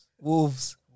Wolves